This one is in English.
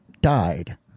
died